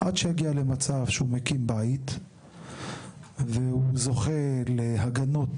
עד שיגיע למצב שהוא מקים בית והוא זוכה להגנות